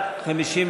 עתיד,